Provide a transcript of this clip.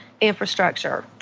infrastructure